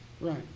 Right